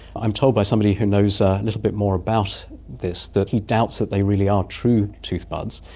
i'm told by somebody who knows a little bit more about this that he doubts that they really are true tooth buds,